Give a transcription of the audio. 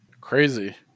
crazy